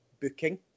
booking